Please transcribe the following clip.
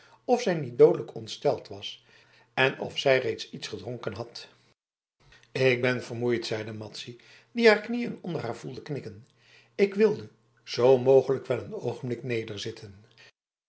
of zij niet doodelijk ontsteld was en of zij reeds iets gedronken had ik ben vermoeid zeide madzy die haar knieën onder haar voelde knikken ik wilde zoo mogelijk wel een